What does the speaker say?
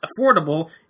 affordable